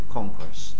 Congress